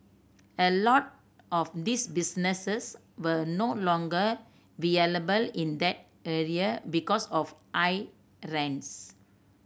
a lot of these businesses were no longer in that area because of high rents